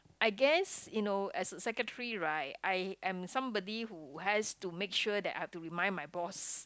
I guess you know as a secretary right I am somebody who has to make sure that I have to remind my boss